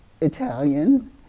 Italian